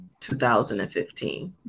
2015